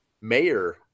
Mayor